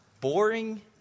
boring